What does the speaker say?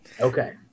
okay